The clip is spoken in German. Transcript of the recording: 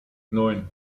neun